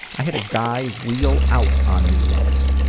i had a guy wheel out on me once.